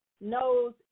knows